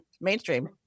mainstream